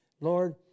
Lord